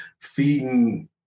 feeding